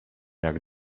jak